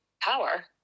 power